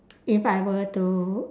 if I were to